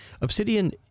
Obsidian